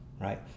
right